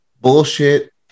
Bullshit